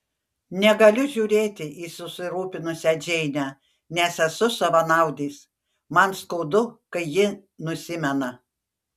negaliu žiūrėti į susirūpinusią džeinę nes esu savanaudis man skaudu kai ji nusimena